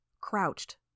crouched